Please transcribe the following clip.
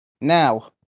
Now